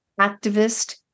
activist